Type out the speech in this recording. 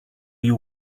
you